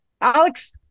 alex